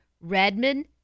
Redmond